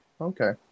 Okay